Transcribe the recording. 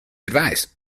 advice